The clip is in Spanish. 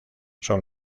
son